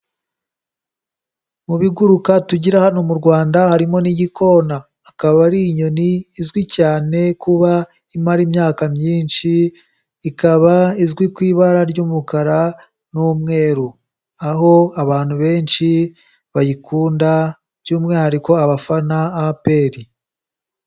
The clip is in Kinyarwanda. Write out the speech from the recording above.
Mu biguruka tugira hano mu Rwanda harimo n'igikona. Akaba ari inyoni izwi cyane kuba imara imyaka myinshi, ikaba izwi ku ibara ry'umukara n'umweru. Aho abantu benshi bayikunda by'umwihariko abafana APR.